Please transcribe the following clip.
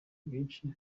byinshi